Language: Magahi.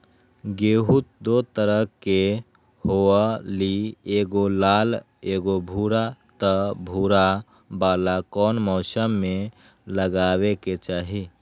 गेंहू दो तरह के होअ ली एगो लाल एगो भूरा त भूरा वाला कौन मौसम मे लगाबे के चाहि?